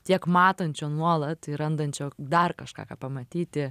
tiek matančio nuolat ir randančio dar kažką ką pamatyti